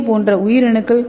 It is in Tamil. ஏ போன்ற உயிர் அணுக்கள்